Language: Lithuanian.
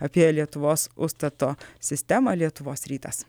apie lietuvos ustato sistemą lietuvos rytas